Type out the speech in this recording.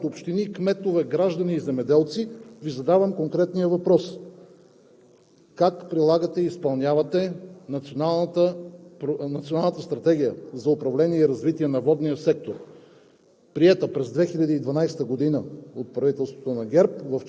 как се нарушава екологичното законодателство в цялата страна от общини, кметове, граждани и земеделци, Ви задавам конкретните въпроси: как прилагате и изпълнявате Националната стратегия за управление и развитие на водния сектор,